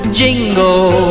jingle